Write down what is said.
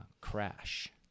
crash